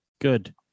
Good